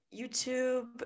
YouTube